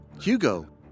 Hugo